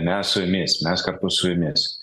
mes su jumis mes kartu su jumis